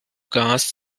gas